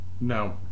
No